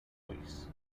royce